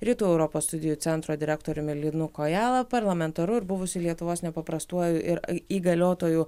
rytų europos studijų centro direktoriumi linu kojala parlamentaru ir buvusiu lietuvos nepaprastuoju ir įgaliotuoju